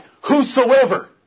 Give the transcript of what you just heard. whosoever